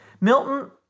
Milton